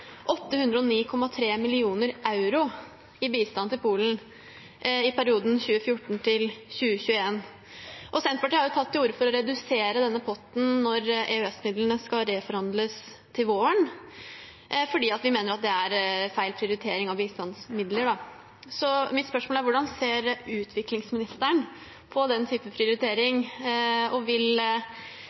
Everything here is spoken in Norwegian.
809,3 mill. euro i bistand til Polen i perioden 2014–2021. Senterpartiet har tatt til orde for å redusere denne potten når EØS-midlene skal reforhandles til våren, fordi vi mener det er feil prioritering av bistandsmidler. Så mitt spørsmål er: Hvordan ser utviklingsministeren på den type prioritering, og